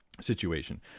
situation